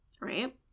right